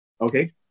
Okay